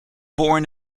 born